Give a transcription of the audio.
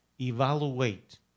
evaluate